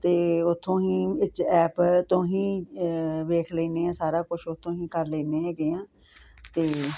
ਅਤੇ ਉੱਥੋਂ ਹੀ ਵਿੱਚ ਐਪ ਤੋਂ ਹੀ ਵੇਖ ਲੈਂਦੇ ਹਾਂ ਸਾਰਾ ਕੁਛ ਉੱਥੋਂ ਹੀ ਕਰ ਲੈਂਦੇ ਹੈਗੇ ਹਾਂ ਅਤੇ